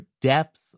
depth